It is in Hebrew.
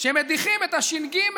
שמדיחים את הש"ג,